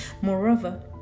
Moreover